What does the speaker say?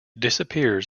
disappears